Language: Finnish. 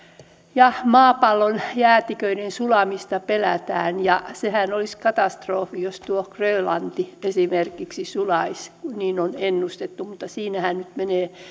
ja maapallon jäätiköiden sulamista pelätään sehän olisi katastrofi jos tuo grönlanti esimerkiksi sulaisi niin on ennustettu mutta siinähän menee